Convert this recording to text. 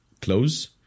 close